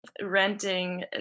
renting